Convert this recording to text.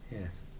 Yes